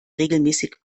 regelmäßig